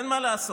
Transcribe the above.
אין מה לעשות.